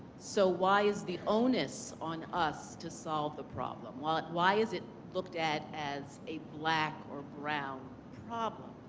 so why is the onus on us to solve the problem? why why is it looked at as a black or brown problem?